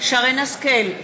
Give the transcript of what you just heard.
שרן השכל,